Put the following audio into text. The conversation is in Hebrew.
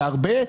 והרבה,